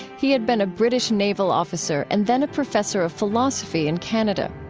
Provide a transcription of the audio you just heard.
he had been a british naval officer and then a professor of philosophy in canada.